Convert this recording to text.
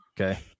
okay